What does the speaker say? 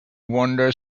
wander